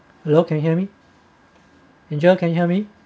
hello can you hear me angel can you hear me